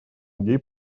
идей